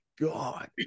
god